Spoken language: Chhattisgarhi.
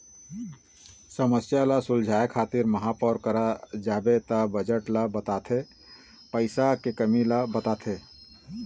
समस्या ल सुलझाए खातिर महापौर करा जाबे त बजट ल बताथे पइसा के कमी ल बताथे